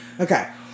okay